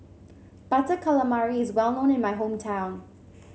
Butter Calamari is well known in my hometown